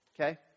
Okay